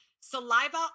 Saliva